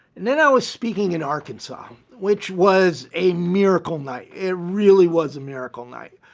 and then i was speaking in arkansas, which was a miracle night. it really was a miracle night.